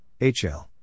HL